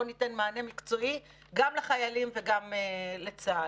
ניתן מענה מקצועי גם לחיילים וגם לצה"ל.